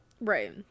Right